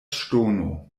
ŝtono